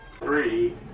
Three